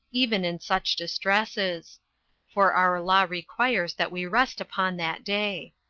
even in such distresses for our law requires that we rest upon that day.